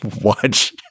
watch